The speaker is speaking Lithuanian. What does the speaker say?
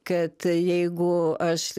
kad jeigu aš